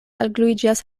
algluiĝas